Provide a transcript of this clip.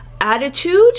Attitude